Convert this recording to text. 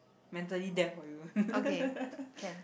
mentally there for you